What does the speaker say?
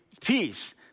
peace